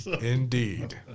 Indeed